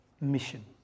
Mission